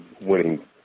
winning